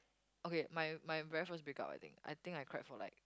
okay my my very first break up I think I think I cried for like